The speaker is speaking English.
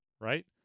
right